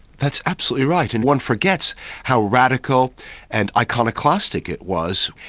that's absolutely right, and one forgets how radical and iconoclastic it was.